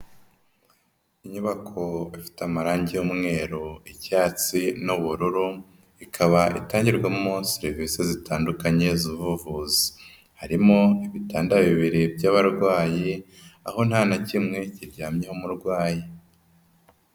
Inyubako ifite amarangi y'umweru icyatsi n'ubururu ikaba itangirwamo serivisi zitandukanye z'ubuvuzi, harimo ibitandaro bibiri by'abarwayi aho nta na kimwe kiryamyeho umurwayi.